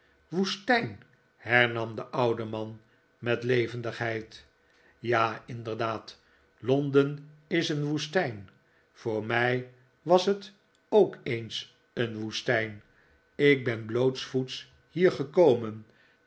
woestijn hernam de oude man met levendigheid ja inderdaad londen is een woestijn voor mij was het ook eens een woestijn ik ben blootsvoets hier gekomen